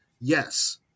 yes